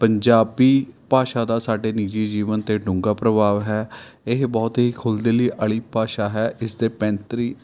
ਪੰਜਾਬੀ ਭਾਸ਼ਾ ਦਾ ਸਾਡੇ ਨਿੱਜੀ ਜੀਵਨ 'ਤੇ ਡੂੰਘਾ ਪ੍ਰਭਾਵ ਹੈ ਇਹ ਬਹੁਤ ਹੀ ਖੁੱਲ੍ਹ ਦਿਲੀ ਵਾਲੀ ਭਾਸ਼ਾ ਹੈ ਇਸ ਦੇ ਪੈਂਤਰੀ